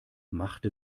machte